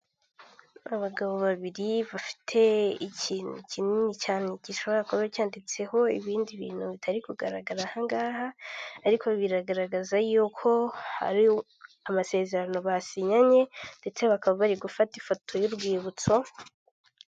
Abagabo babiri bafite ikintu kinini cyane gishobora kuba cyanditseho ibindi bintu bitari kugaragarahangaha. Ariko biragaragaza yuko hari amasezerano basinyanye ndetse bakaba bari gufata ifoto y'urwibutso.